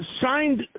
signed